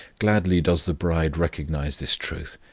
gladly does the bride recognize this truth,